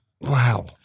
wow